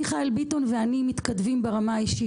מיכאל ביטון ואני מתכתבים ברמה האישית,